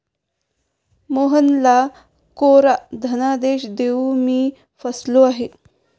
मोहनला कोरा धनादेश देऊन मी फसलो आहे